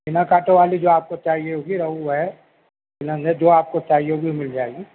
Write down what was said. بنا کانٹوں والی جو آپ کو چاہیے ہوگی روہو ہے سیلند ہے جو آپ کو چاہیے ہوگی وہ مل جائے گی